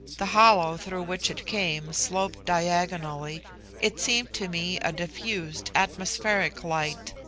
the hollow through which it came sloped diagonally it seemed to me a diffused atmospheric light,